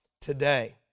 today